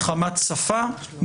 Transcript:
מחמת שפה,